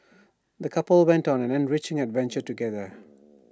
the couple went on an enriching adventure together